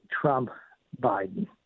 Trump-Biden